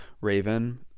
raven